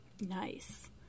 Nice